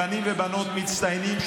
בנים ובנות מצטיינים,